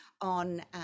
on